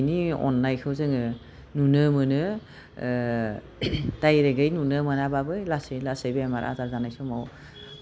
बिनि अननायखौ जोङो नुनो मोनो डाइरेक्टयै नुनो मोनाबाबो लासै लासै बेमार आजार जानाय समाव